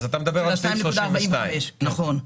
אז אתה מדבר על סעיף 32. נכון,